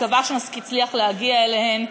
אני מקווה שנצליח להגיע אליהן,